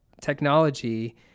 technology